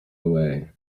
away